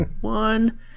one